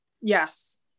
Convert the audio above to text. Yes